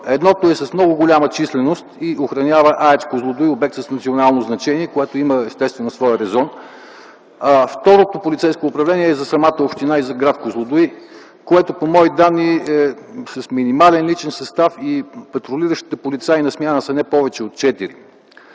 Едното е с много голяма численост и охранява АЕЦ „Козлодуй” – обект с национално значение, което има, естествено, своя резон. Второто полицейско управление за самата община и за град Козлодуй, което, по мои данни, е с минимален личен състав и патрулиращите полицаи на смяна са не повече от 4.